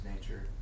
nature